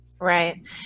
Right